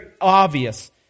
obvious